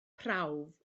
prawf